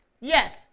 Yes